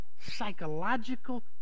psychological